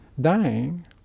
dying